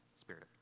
Spirit